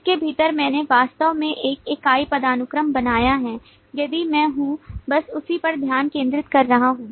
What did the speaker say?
इसके भीतर मैंने वास्तव में एक इकाई पदानुक्रम बनाया है यदि मैं हूं बस उसी पर ध्यान केंद्रित कर रहा हूं